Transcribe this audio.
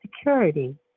security